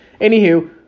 Anywho